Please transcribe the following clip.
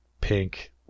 pink